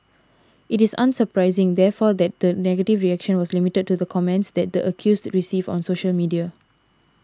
it is unsurprising therefore that the negative reaction was limited to the comments that the accused received on social media